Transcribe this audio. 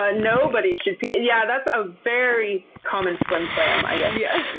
ah nobody should pee! yeah that's a very common flimflam i yeah yeah